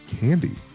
candy